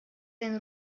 ein